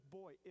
boy